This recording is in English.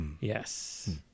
Yes